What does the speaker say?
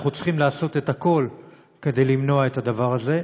אנחנו צריכים לעשות הכול כדי למנוע את הדבר הזה,